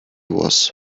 was